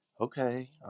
okay